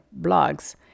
blogs